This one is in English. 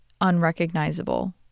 unrecognizable